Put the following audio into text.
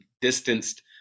distanced